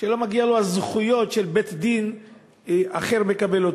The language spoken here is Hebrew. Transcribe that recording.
שלא מגיעות לו הזכויות שבית-דין אחר מקבל.